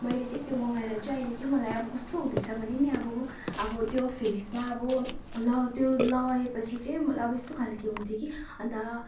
मैले चाहिँ त्यो मगाएर चाहिँ अहिले कस्तो हुँदैछ भने नि अब अब त्यो फेसमा अब ल त्यो लगाए पछि चाहिँ अब यस्तो खाले हुन्थ्यो कि अन्त